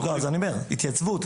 התייצבות.